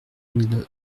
mille